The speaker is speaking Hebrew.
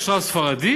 יש רב ספרדי,